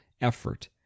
effort